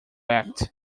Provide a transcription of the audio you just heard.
act